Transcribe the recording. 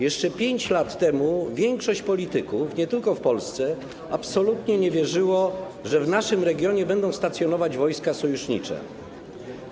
Jeszcze 5 lat temu większość polityków, nie tylko w Polsce, absolutnie nie wierzyła, że w naszym regionie będą stacjonować wojska sojusznicze.